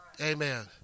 Amen